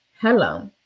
Hello